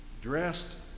Dressed